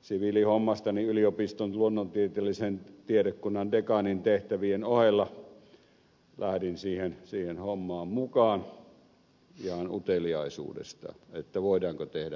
siviilihommastani yliopiston luonnontieteellisen tiedekunnan dekaanin tehtävien ohella lähdin siihen hommaan mukaan ihan uteliaisuudesta voidaanko tehdä jotakin